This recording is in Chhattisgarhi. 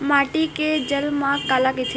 माटी के जलमांग काला कइथे?